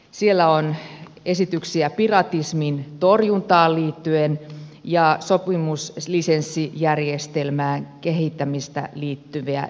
siellä on esityksiä piratismin torjuntaan liittyen ja sopimuslisenssijärjestelmän kehittämiseen liittyviä ehdotuksia